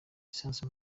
lisansi